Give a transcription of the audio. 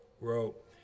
wrote